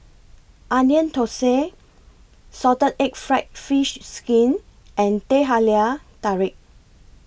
Onion Thosai Salted Egg Fried Fish Skin and Teh Halia Tarik